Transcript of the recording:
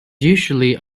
usually